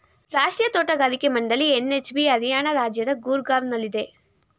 ರಾಷ್ಟ್ರೀಯ ತೋಟಗಾರಿಕಾ ಮಂಡಳಿ ಎನ್.ಎಚ್.ಬಿ ಹರಿಯಾಣ ರಾಜ್ಯದ ಗೂರ್ಗಾವ್ನಲ್ಲಿದೆ